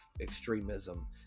extremism